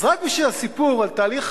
אז רק בשביל הסיפור על תהליך חקיקה,